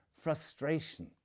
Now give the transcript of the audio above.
frustration